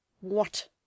What